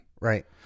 Right